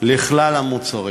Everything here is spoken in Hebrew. לכלל המוצרים.